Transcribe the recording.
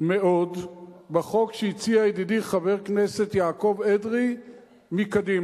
מאוד בחוק שהציע ידידי חבר הכנסת יעקב אדרי מקדימה.